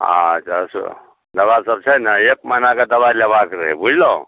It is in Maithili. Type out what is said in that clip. हँ अच्छा सो दबा सब छै ने एक महिनाके दबाइ लेबाक रहै बुझलहुँ